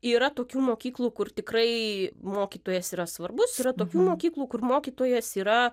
yra tokių mokyklų kur tikrai mokytojas yra svarbus yra tokių mokyklų kur mokytojas yra